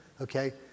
okay